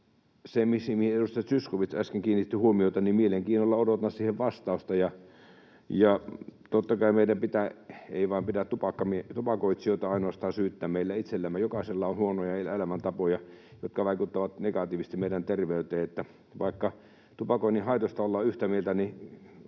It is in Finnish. mihin edustaja Zyskowicz äsken kiinnitti huomiota, mielenkiinnolla odotan vastausta. Totta kai meidän ei pidä vain tupakoitsijoita ainoastaan syyttää. Meillä itsellämme on jokaisella huonoja elämäntapoja, jotka vaikuttavat negatiivisesti meidän terveyteen. Vaikka tupakoinnin haitoista ollaan yhtä mieltä,